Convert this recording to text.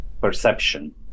perception